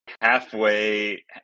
halfway